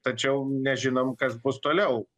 tačiau nežinom kas bus toliau